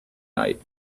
night